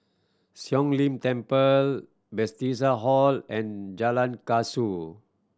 Siong Lim Temple Bethesda Hall and Jalan Kasau